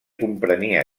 comprenia